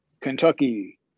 Kentucky